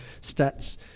stats